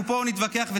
אנחנו נתווכח פה,